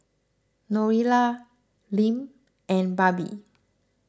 Noelia Lim and Barbie